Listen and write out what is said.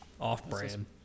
off-brand